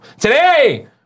Today